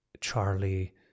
Charlie